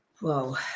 Whoa